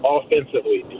offensively